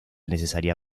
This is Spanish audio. necesaria